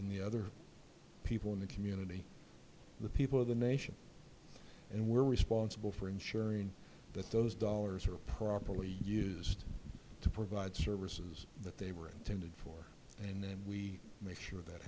and the other people in the community the people of the nation and we're responsible for ensuring that those dollars are properly used to provide services that they were intended for and then we make sure that